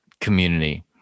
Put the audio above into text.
Community